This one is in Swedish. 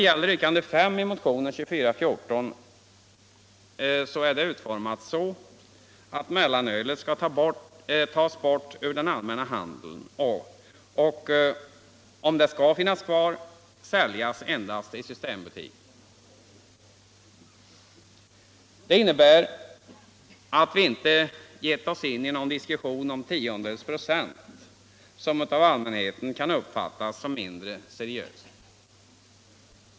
Yrkande 5 i motionen 2214 är utformat så att mellanölet skall tas bort ur den allmänna handeln eller, om det skall finnas kvar, säljas endast i systembutiker. Det innebär att vi inte givit oss in i någon diskussion om tiondels procent, som av allmänheten kan uppfattas som mindre seriös.